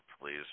Please